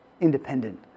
independent